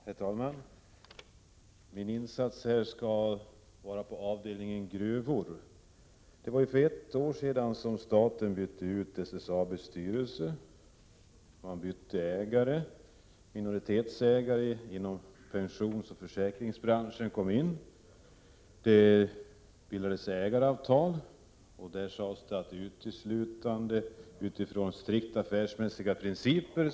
Herr talman! Min insats här gäller avdelningen gruvor. Det är nu ett år sedan staten bytte ut SSAB:s styrelse. Det blev ägarbyte. Minoritetsägare inom pensionsoch försäkringsbranschen kom in i bilden. Ägaravtal upprättades, där det stod att SSAB framdeles uteslutande skall drivas utifrån strikt affärsmässiga principer.